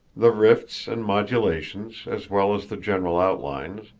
the rifts and modulations, as well as the general outlines,